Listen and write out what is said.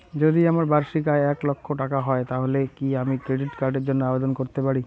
যদি আমার বার্ষিক আয় এক লক্ষ টাকা হয় তাহলে কি আমি ক্রেডিট কার্ডের জন্য আবেদন করতে পারি?